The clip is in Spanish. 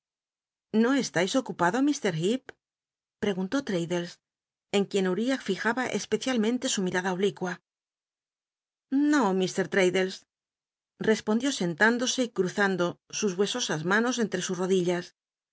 no estais ocupado ll r lleep preguntó addles en quien uriah fijaba especialmente su mir arla oblicua no i r l'raddles respondió sentündose y cmzando sus huesosas manos entre sus rodillas